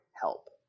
help